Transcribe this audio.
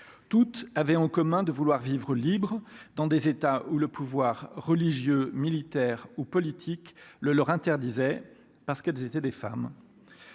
toutes avaient en commun de vouloir vivre libres dans des états ou le pouvoir religieux, militaire ou politiques le leur interdisait parce qu'elles étaient des femmes,